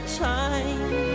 time